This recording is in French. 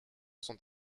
sont